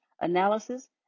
analysis